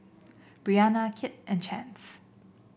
Brianna Kit and Chance